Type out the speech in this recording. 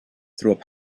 through